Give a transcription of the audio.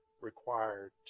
required